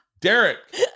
Derek